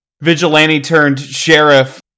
vigilante-turned-sheriff